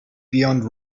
beyond